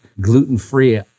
gluten-free